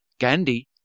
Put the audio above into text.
Gandhi